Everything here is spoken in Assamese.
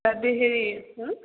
তাতে হেৰি